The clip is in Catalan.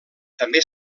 també